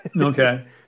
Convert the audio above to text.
Okay